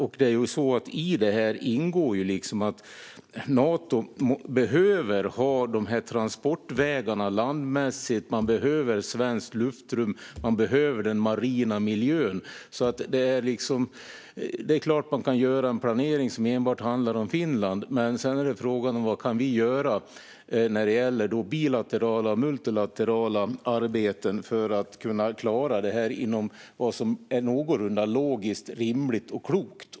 I detta ingår att Nato behöver ha transportvägarna på land, och man behöver svenskt luftrum och den marina miljön. Man kan självklart göra en planering som enbart handlar om Finland, men frågan är vad vi kan göra i det bilaterala och multilaterala arbetet för att klara detta inom vad som är någorlunda logiskt rimligt och klokt.